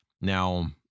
now